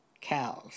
cows